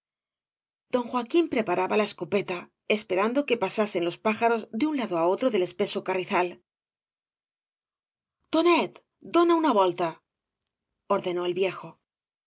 don joaquín preparaba la escopeta esperan do que pasasen los pájaros de un lado á otro del espeso carrizal tonet dona una volta ordenó el viejo